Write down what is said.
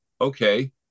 Okay